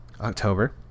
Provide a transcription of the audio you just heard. October